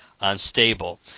unstable